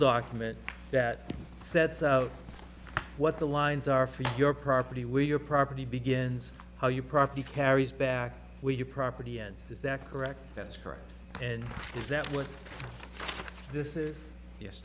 document that sets out what the lines are for your property where your property begins how your property carries back with your property and is that correct that's correct and is that what this is yes